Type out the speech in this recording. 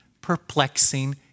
perplexing